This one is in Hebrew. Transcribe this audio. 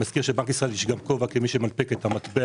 נזכיר שיש לו גם כובע כמי שמנפיק את המטבע